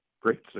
great